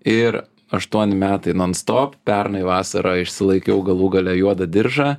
ir aštuoni metai non stop pernai vasarą išsilaikiau galų gale juodą diržą